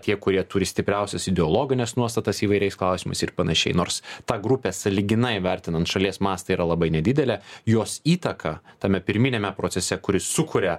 tie kurie turi stipriausias ideologines nuostatas įvairiais klausimais ir panašiai nors ta grupė sąlyginai vertinant šalies mastui yra labai nedidelė jos įtaka tame pirminiame procese kuris sukuria